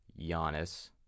Giannis